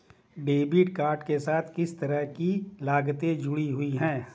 Debit card के साथ किस तरह की लागतें जुड़ी हुई हैं?